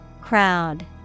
Crowd